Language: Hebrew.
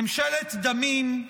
ממשלת דמים,